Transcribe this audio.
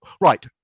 Right